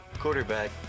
Quarterback